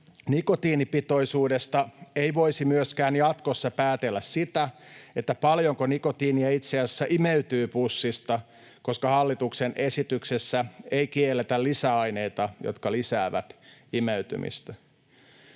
nikotiinipitoisuudesta ei voisi myöskään jatkossa päätellä sitä, paljonko nikotiinia itse asiassa imeytyy pussista, koska hallituksen esityksessä ei kielletä lisäaineita, jotka lisäävät imeytymistä.